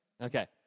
Okay